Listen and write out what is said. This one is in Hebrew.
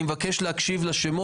אני מבקש להקשיב לשמות,